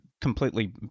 completely